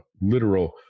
literal